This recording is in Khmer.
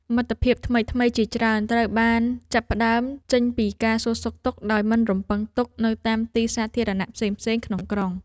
មិត្តភាពថ្មីៗជាច្រើនត្រូវបានចាប់ផ្តើមចេញពីការសួរសុខទុក្ខដោយមិនរំពឹងទុកនៅតាមទីសាធារណៈផ្សេងៗក្នុងក្រុង។